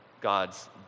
God's